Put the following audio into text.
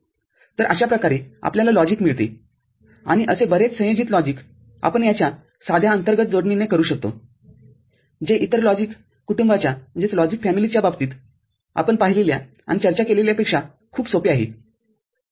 तरअशा प्रकारे आपल्याला लॉजिक मिळते आणि असे बरेच संयोजित लॉजिकआपण याच्या साध्या अंतर्गत जोडणीने करू शकतो जे इतर लॉजिक कुटुंबाच्या बाबतीत आपण पाहिलेल्या आणि चर्चा केलेल्यापेक्षा खूप सोपे आहे ठीक आहे